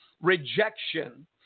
rejection